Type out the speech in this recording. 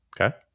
Okay